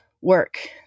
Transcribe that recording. work